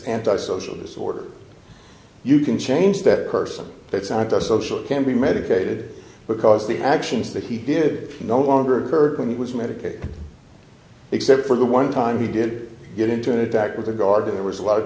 antisocial disorder you can change that person it's not just social it can be medicated because the actions that he did no longer occurred when he was medicated except for the one time he did get into an attack with regard to there was a lot of